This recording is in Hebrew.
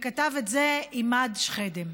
כתב את זה עימאד שחאדה.